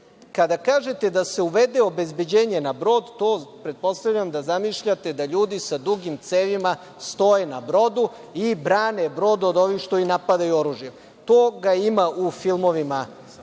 kada kažete da se uvede obezbeđenje na brod, pretpostavljam da zamišljate da ljudi sa dugim cevima stoje na brodu i brane brod od ovih što ih napadaju oružjem. Toga ima u filmovima